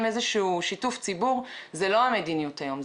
איזשהו שיתוף ציבור זה לא המדיניות היום.